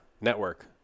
network